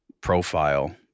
profile